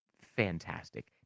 fantastic